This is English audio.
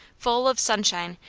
full of sunshine,